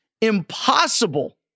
impossible